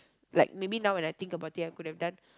like maybe now when I think about it I could have done